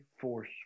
force